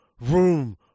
room